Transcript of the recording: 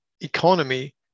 economy